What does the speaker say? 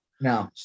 No